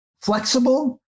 flexible